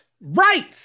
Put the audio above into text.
Right